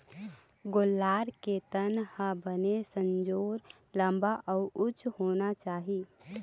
गोल्लर के तन ह बने संजोर, लंबा अउ उच्च होना चाही